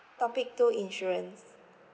topic two insurance